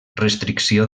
restricció